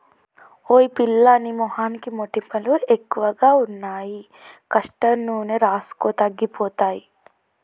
ఓయ్ పిల్లా నీ మొహానికి మొటిమలు ఎక్కువగా ఉన్నాయి కాస్టర్ నూనె రాసుకో తగ్గిపోతాయి